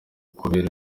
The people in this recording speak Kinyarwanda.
kubera